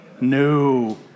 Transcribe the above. No